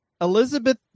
Elizabeth